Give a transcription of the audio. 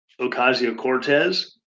Ocasio-Cortez